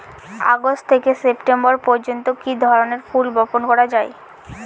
August থেকে September পর্যন্ত কি ধরনের ফুল বপন করা যায়?